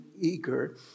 eager